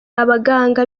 abaganga